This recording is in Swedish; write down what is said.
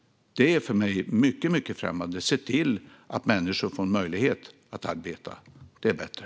Det är för mig mycket främmande. Se i stället till att människor får möjlighet att arbeta. Det är mycket bättre.